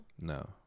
No